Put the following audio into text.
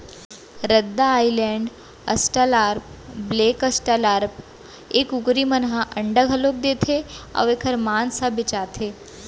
रद्दा Island, Australorp, black Australorp ए कुकरी मन ह अंडा घलौ देथे अउ एकर मांस ह बेचाथे